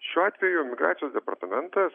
šiuo atveju migracijos departamentas